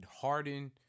harden